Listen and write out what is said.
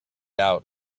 out